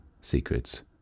secrets